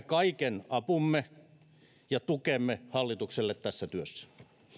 kaiken apumme ja tukemme hallitukselle tässä työssä